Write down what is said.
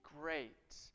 great